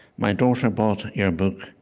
my daughter bought your book,